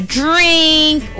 drink